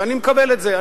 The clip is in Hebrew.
ואני מקבל את זה.